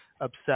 obsessed